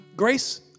Grace